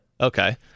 Okay